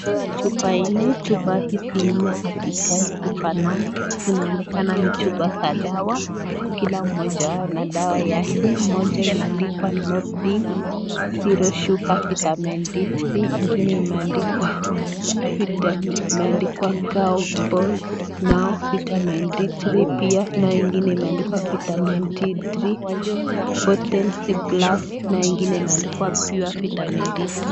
Tumewekewa chupa nne, chupa hizi nne hazikai kufanana, zinaonekana ni chupa za dawa. Kila mmoja wao na dawa yake. Moja imeandikwa nordic zero sugar vitamin D three, ingine imeandikwa imeandikwa cow-ball now vitamin D three pia, na yengine imeandikwa vitamin D three potency plus , na ingine imeandikwa pure vitamin D three.